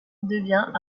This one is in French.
devient